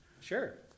Sure